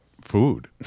food